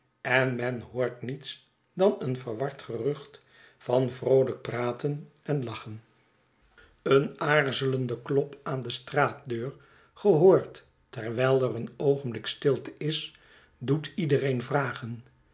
en men hoort niets dan een verward gerucht van vroolijk praten en lachen een aarzelende klop aan de straatdeur gehoord terwijl er een oogenblik stilte is doet iedereen